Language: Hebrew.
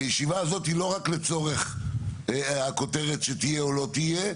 כי הישיבה הזאת היא לא רק לצורך הכותרת שתהיה או לא תהיה,